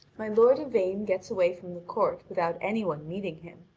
my lord yvain gets away from the court without any one meeting him,